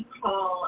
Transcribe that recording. call